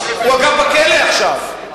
הוא, אגב, בכלא עכשיו.